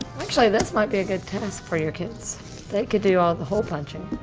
actually, this might be a good task for your kids. they can do all the hole punching.